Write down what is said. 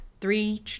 three